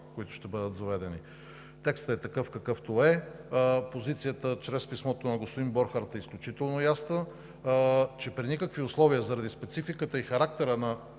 които ще бъдат заведени. Текстът е такъв какъвто е. Позицията чрез писмото на господин Борхард е изключително ясна, че при никакви условия заради спецификата и характера на